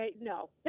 no